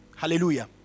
Hallelujah